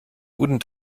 guten